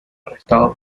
arrestado